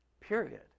period